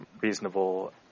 reasonable